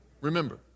Remember